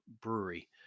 brewery